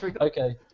Okay